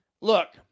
look